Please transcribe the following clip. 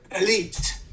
elite